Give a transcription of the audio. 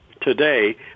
today